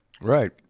right